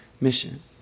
mission